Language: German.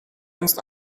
einst